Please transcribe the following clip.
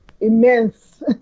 immense